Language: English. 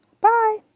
Bye